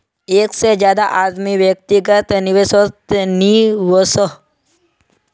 एक से ज्यादा आदमी व्यक्तिगत निवेसोत नि वोसोह